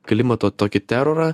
klimato tokį terorą